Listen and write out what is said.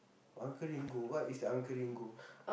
Uncl-Ringo what is Uncle-Ringo